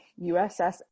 USS